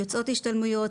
יוצאות להשתלמויות,